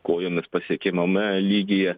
kojomis pasiekiamame lygyje